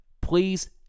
please